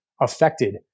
affected